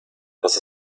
dass